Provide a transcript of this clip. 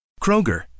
Kroger